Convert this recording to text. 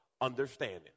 understanding